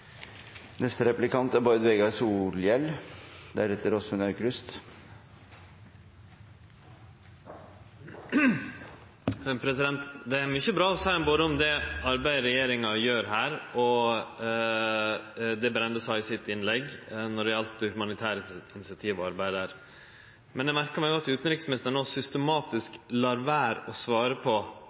Det er mykje bra å seie om både det arbeidet som regjeringa gjer på dette, og det som Brende sa i sitt innlegg når det gjaldt det humanitære initiativet og arbeidet med det. Men eg merka meg òg at utanriksministeren systematisk lar vere å svare på